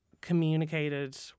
communicated